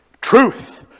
truth